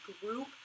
group